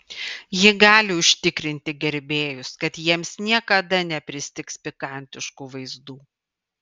ji gali užtikrinti gerbėjus kad jiems niekada nepristigs pikantiškų vaizdų